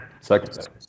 Second